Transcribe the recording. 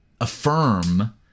affirm